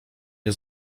nie